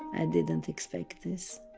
i didn't expect this.